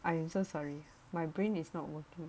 I am so sorry my brain is not working